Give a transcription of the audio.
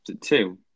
Two